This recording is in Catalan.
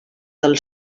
del